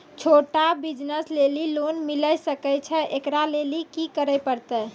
छोटा बिज़नस लेली लोन मिले सकय छै? एकरा लेली की करै परतै